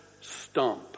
stump